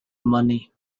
money